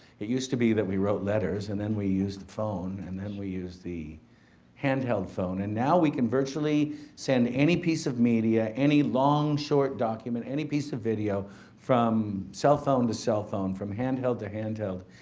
it used to be that we wrote letters and then we used the phone and then we used the handheld phone and now we can virtually send any piece of media, any long short document, any piece of video from cell phone to cell phone, from handheld to handheld,